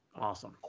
Awesome